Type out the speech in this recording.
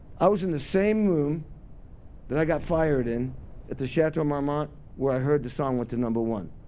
i was in the same room that i got fired in at the chateau marmont where i heard the song went to number one.